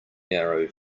narrow